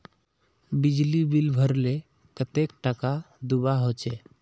बिजली बिल भरले कतेक टाका दूबा होचे?